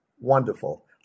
wonderful